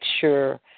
sure –